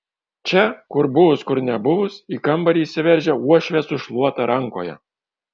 čia kur buvus kur nebuvus į kambarį įsiveržia uošvė su šluota rankoje